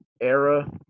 era